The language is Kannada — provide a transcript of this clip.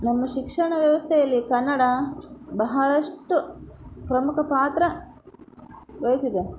ನಮ್ಮ ಶಿಕ್ಷಣ ವ್ಯವಸ್ಥೆಯಲ್ಲಿ ಕನ್ನಡ ಬಹಳಷ್ಟು ಪ್ರಮುಖ ಪಾತ್ರವಹಿಸಿದೆ